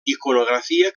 iconografia